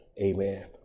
amen